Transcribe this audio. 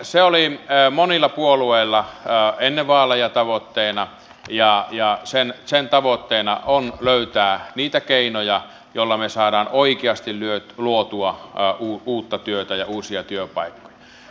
se oli monilla puolueilla ennen vaaleja tavoitteena ja sen tavoitteena on löytää niitä keinoja joilla me saamme oikeasti luotua uutta työtä ja uusia työpaikkoja